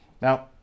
now